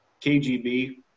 KGB